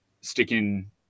sticking